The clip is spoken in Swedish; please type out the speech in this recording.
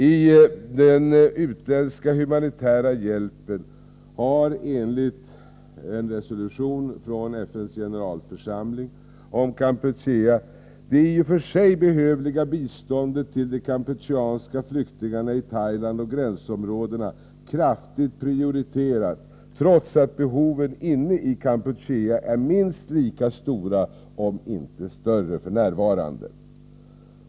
I den utländska humanitära hjälpen har enligt en resolution från FN:s generalförsamling om Kampuchea det i och för sig behövliga biståndet till de kampucheanska flyktingarna i Thailand och gränsområdena kraftigt prioriterats, trots att behoven inne i Kampuchea f.n. är minst lika stora, om inte större.